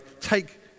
take